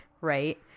right